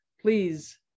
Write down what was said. please